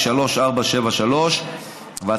התשע"ז 2016,